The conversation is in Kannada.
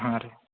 ಹಾಂ ರೀ